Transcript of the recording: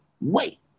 wait